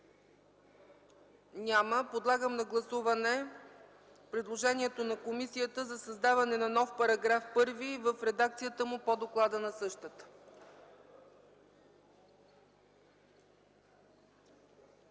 Няма. Подлагам на гласуване предложението на комисията за създаване на нов § 1 в редакцията му по доклада на същата.